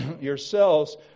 yourselves